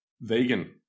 Vegan